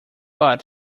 but